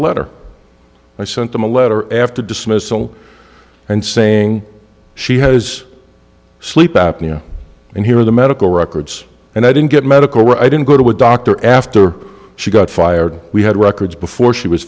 a letter i sent them a letter after dismissal and saying she has sleep apnea and here are the medical records and i didn't get medical i didn't go to a doctor after she got fired we had records before she was